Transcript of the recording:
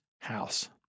house